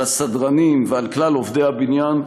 על הסדרנים ועל כלל עובדי הבניין,